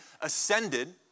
ascended